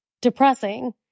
depressing